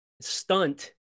stunt